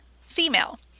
female